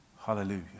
Hallelujah